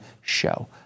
show